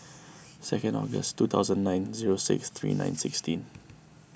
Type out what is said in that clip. second August two thousand nine zero six three nine sixteen